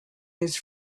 his